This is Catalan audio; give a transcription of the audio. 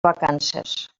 vacances